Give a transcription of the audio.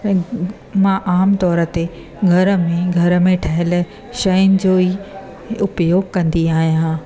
मां आम तौर ते घर में घर में ठहियलु शइनि जो ई उपयोग कंदी आहियां